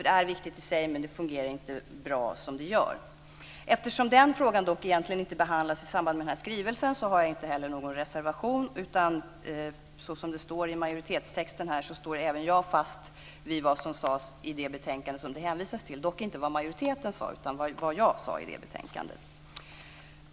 Det är viktigt i sig, men det fungerar inte bra som det gör. Eftersom den frågan dock inte behandlas i samband med denna skrivelse har jag inte heller någon reservation. Som det står i majoritetstexten står även jag fast vid vad som sades i det betänkande som det hänvisas till. Det gäller dock inte vad majoriteten sade utan vad jag sade i det betänkandet.